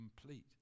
complete